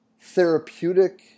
therapeutic